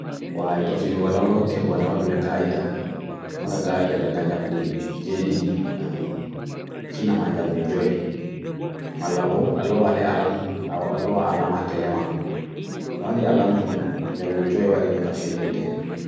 Ko ɓe njama to aɗa waɗi to ɓe kadi. Haɗi woni kadi noone wulnde he ndiyam wulndo. Ko waawaa nde warii, ɗum wondi ko faayda, aɗa jaɓɓi.